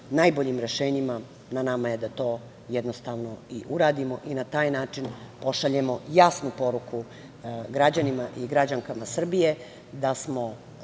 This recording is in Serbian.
najboljim rešenjima na nama je da to jednostavno i uradimo i na taj način pošaljemo jasnu poruku građanima i građankama Srbije da smo